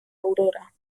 aurora